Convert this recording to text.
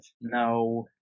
No